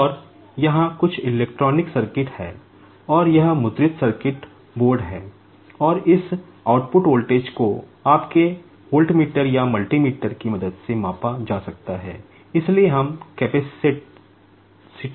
और यहाँ कुछ इलेक्ट्रॉनिक सर्किट में बदलाव को मापकर पता लगा सकते हैं